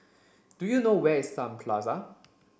do you know where is Sun Plaza